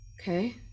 Okay